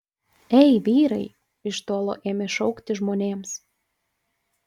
ei vyrai iš tolo ėmė šaukti žmonėms